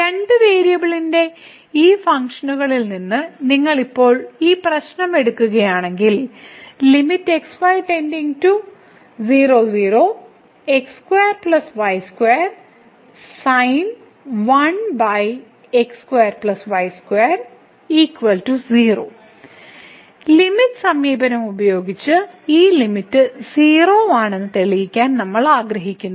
രണ്ട് വേരിയബിളിന്റെ ഈ ഫംഗ്ഷനുകളിൽ നിന്ന് നിങ്ങൾ ഇപ്പോൾ ഈ പ്രശ്നം എടുക്കുകയാണെങ്കിൽ ലിമിറ്റ് സമീപനം ഉപയോഗിച്ച് ഈ ലിമിറ്റ് 0 ആണെന്ന് തെളിയിക്കാൻ നമ്മൾ ആഗ്രഹിക്കുന്നു